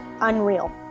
unreal